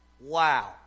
Wow